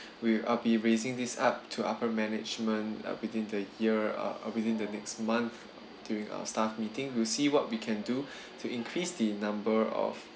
we I'll be raising this up to upper management uh within the year err within the next month during uh staff meeting we'll see what we can do to increase the number of